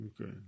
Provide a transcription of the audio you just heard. Okay